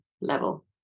level